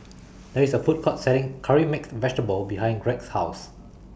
There IS A Food Court Selling Curry Mixed Vegetable behind Gregg's House